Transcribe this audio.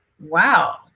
wow